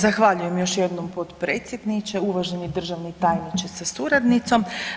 Zahvaljujem još jednom potpredsjedniče, uvaženi državni tajniče sa suradnicom.